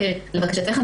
אנחנו